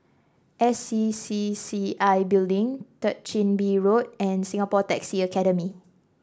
S C C C I Building Third Chin Bee Road and Singapore Taxi Academy